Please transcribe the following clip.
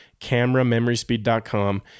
cameramemoryspeed.com